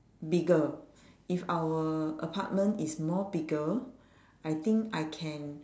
bigger if our apartment is more bigger I think I can